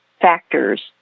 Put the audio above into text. factors